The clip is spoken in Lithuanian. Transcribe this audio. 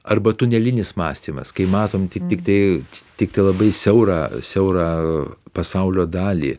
arba tunelinis mąstymas kai matom tiktai tiktai labai siaurą siaurą pasaulio dalį